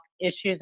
issues